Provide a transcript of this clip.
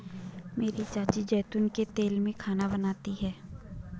मेरी चाची जैतून के तेल में खाना बनाती है